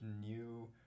new